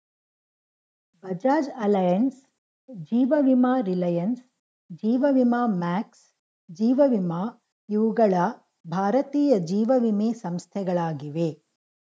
Bajaj Allianz, ಜೀವ ವಿಮಾ ರಿಲಯನ್ಸ್, ಜೀವ ವಿಮಾ ಮ್ಯಾಕ್ಸ್, ಜೀವ ವಿಮಾ ಇವುಗಳ ಭಾರತೀಯ ಜೀವವಿಮೆ ಸಂಸ್ಥೆಗಳಾಗಿವೆ